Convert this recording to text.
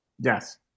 Yes